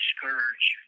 Scourge